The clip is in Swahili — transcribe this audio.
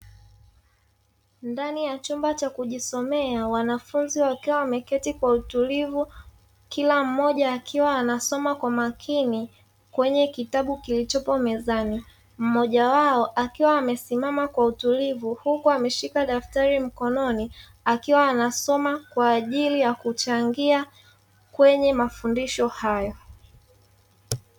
Ndani ya chumba cha kujisomea, wanafunzi wakiwa wameketi kwa utulivu, kila mmoja akiwa anasoma kwa makini kwenye kitabu kilichopo mezani, mmoja wao akiwa amesimama kwa utulivu huku ameshika daftari mkononi, akiwa anasoma kwa ajili ya kuchangia kwenye mafundisho hayo.